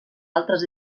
altres